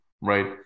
Right